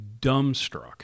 dumbstruck